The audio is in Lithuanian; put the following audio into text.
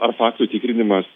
ar faktų tikrinimas